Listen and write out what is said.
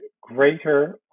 greater